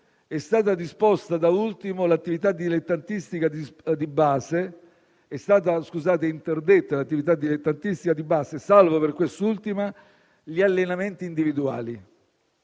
è stata interdetta, da ultimo, l'attività dilettantistica di base, salvo, per quest'ultima, gli allenamenti individuali.